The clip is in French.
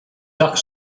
arcs